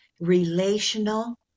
relational